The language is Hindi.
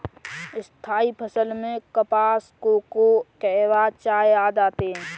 स्थायी फसल में कपास, कोको, कहवा, चाय आदि आते हैं